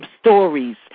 stories